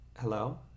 Hello